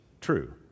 true